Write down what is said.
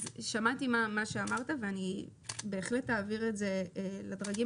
שמעתי את מה שאמרת ובהחלט אעביר את זה לדרגים